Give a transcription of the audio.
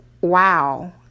wow